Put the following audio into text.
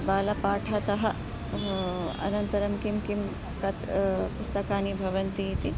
बालपाठतः अनन्तरं किं किं कति पुस्तकानि भवन्ति इति